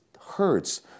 hurts